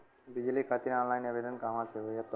बिजली खातिर ऑनलाइन आवेदन कहवा से होयी?